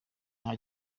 nta